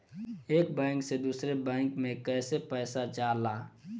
एक बैंक से दूसरे बैंक में कैसे पैसा जाला?